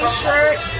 shirt